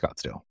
Scottsdale